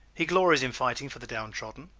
he glories in fighting for the downtrodden.